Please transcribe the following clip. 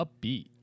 upbeat